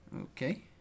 Okay